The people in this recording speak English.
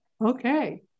okay